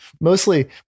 Mostly